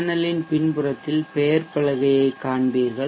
பேனலின் பின்புறத்தில் பெயர்ப்பலகையை காண்பீர்கள்